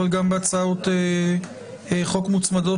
שהוצמדו